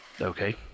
Okay